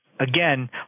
again